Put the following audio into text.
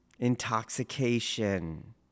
intoxication